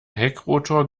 heckrotor